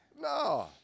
No